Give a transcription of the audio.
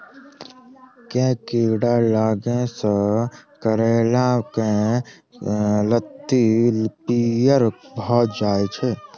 केँ कीड़ा लागै सऽ करैला केँ लत्ती पीयर भऽ जाय छै?